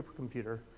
supercomputer